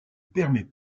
permet